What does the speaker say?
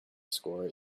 score